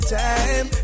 time